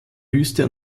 wüste